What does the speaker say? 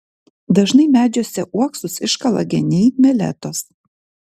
dažnai medžiuose uoksus iškala geniai meletos